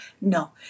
no